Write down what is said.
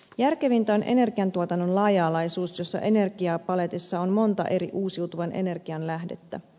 järkevintä on energiantuotannon laaja alaisuus jossa energiapaletissa on monta eri uusiutuvan energian lähdettä